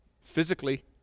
Physically